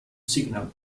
signal